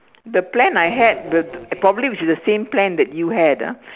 the plan I had the probably which is the same plan that you had ah